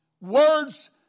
Words